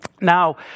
Now